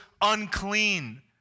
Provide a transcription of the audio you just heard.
unclean